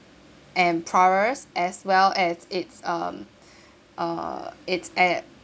and prowess as well as it's um uh it's ad~